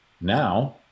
Now